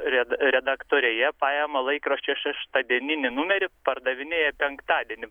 red redaktoriai jie paima laikraščio šeštadieninį numerį pardavinėja penktadienį